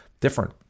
different